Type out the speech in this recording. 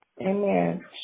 Amen